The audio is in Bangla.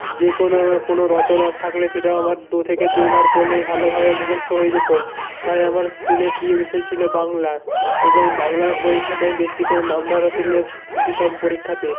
যে কোনো কোনো রচনা থাকলে সেটাও আমার দু থেকে তিনবার পড়লেই ভালোভাবে মুখস্থ হয়ে যেতো তাই আমার স্কুলে প্রিয় বিষয় ছিলো বাংলা এবং বাংলা পরীক্ষাতে আমি বেশি করে নাম্বারও তুলে দিতাম পরীক্ষাতে